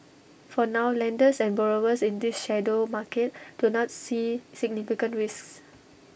for now lenders and borrowers in this shadow market do not see significant risks